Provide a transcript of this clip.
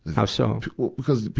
how so? well, because the